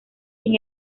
sin